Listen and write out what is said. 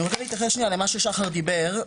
אני רוצה להתייחס למה ששחר דיבר,